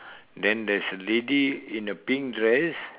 then there is a lady in a pink dress